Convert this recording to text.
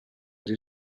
des